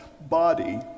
body